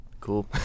cool